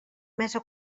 mesa